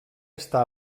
està